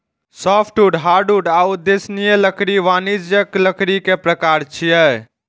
softwood, hardwood आ उष्णदेशीय लकड़ी वाणिज्यिक लकड़ी के प्रकार छियै